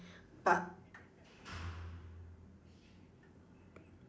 but